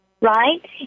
right